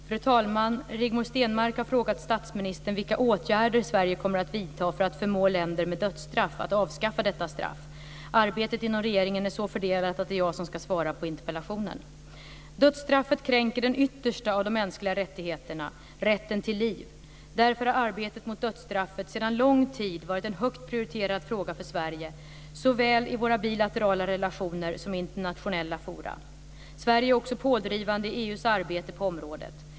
Fru talman! Rigmor Stenmark har frågat statsministern vilka åtgärder Sverige kommer att vidta för att förmå länder med dödsstraff att avskaffa detta straff. Arbetet inom regeringen är så fördelat att det är jag som ska svara på interpellationen. Dödsstraffet kränker den yttersta av de mänskliga rättigheterna, rätten till liv. Därför har arbetet mot dödsstraffet sedan lång tid varit en högt prioriterad fråga för Sverige, såväl i våra bilaterala relationer som i internationella forum. Sverige är också pådrivande i EU:s arbete på området.